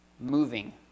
moving